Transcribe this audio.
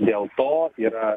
dėl to yra